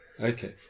Okay